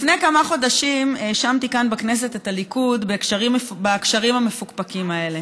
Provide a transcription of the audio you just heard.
לפני כמה חודשים האשמתי כאן בכנסת את הליכוד בקשרים המפוקפקים האלה.